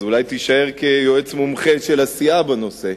אז אולי תישאר כיועץ מומחה של הסיעה בנושא.